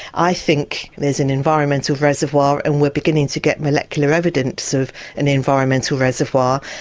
i think there's an environmental reservoir and we're beginning to get molecular evidence of an environmental reservoir.